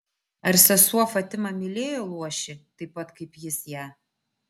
ar sesuo fatima mylėjo luošį taip pat kaip jis ją